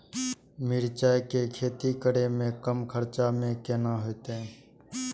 मिरचाय के खेती करे में कम खर्चा में केना होते?